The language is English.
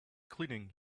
cleaning